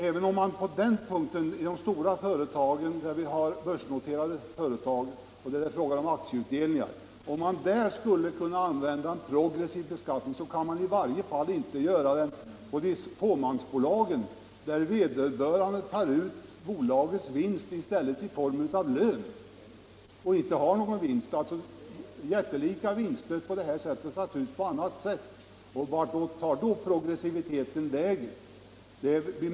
Även om vi skulle tillämpa en progressiv beskattning för de börsnoterade företagen, där det är fråga om aktieutdelning, kan vi i varje fall inte göra det för fåmansbolagen, där vederbörande tar ut bolagsvinsten i form av lön. Om jättelika vinster tas ut på annat sätt, vart tar då progressiviteten vägen?